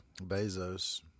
Bezos